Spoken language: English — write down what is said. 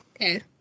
Okay